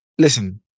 Listen